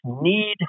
need